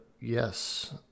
Yes